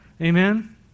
Amen